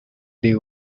they